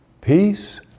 peace